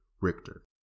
Richter